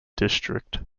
district